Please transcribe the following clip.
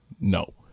No